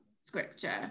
scripture